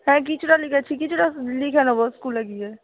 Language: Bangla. হ্যাঁ কিছুটা লিখেছি কিছুটা লিখে নেব স্কুলে গিয়ে